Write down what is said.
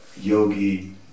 Yogi